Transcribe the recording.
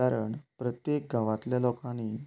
कारण प्रत्येक गांवातल्या लोकांनी